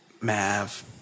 Mav